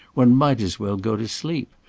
one might as well go to sleep.